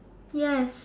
yes